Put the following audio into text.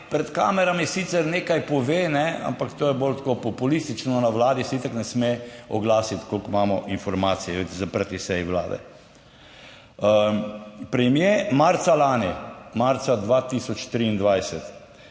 pred kamerami sicer nekaj pove, ampak to je bolj tako populistično, na vladi se itak ne sme oglasiti, kolikor imamo informacije iz zaprtih sej vlade. Premier marca lani, marca 2023,